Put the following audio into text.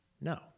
No